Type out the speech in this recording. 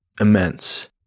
immense